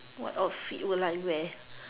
what outfit would I wear